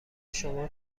شما